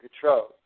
control